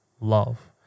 love